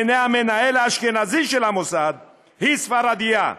בעיני המנהל האשכנזי של המוסד היא ספרדייה,